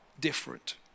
different